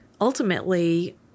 ultimately